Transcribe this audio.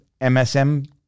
MSM